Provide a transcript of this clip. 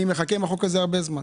זה לא אני